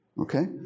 Okay